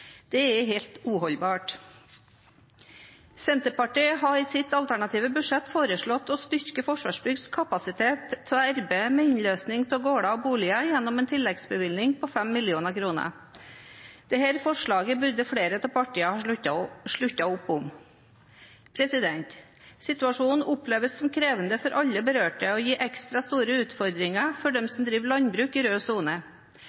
Det er helt uholdbart. Senterpartiet har i sitt alternative budsjett foreslått å styrke Forsvarsbyggs kapasitet til å arbeide med innløsning av gårder og boliger gjennom en tilleggsbevilgning på 5 mill. kr. Dette forslaget burde flere partier sluttet opp om. Situasjonen oppleves som krevende for alle berørte og gir ekstra store utfordringer for dem som driver landbruk i rød sone.